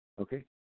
okay